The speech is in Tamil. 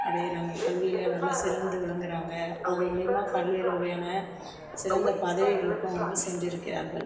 அடையறாங்க கல்வியில் நல்லா சிறந்து விளங்கறாங்க அதன் மூலயமா பல்வேறு வகையான சிறந்த பதவிகளுக்கும் அவங்க சென்றிருக்கிறார்கள்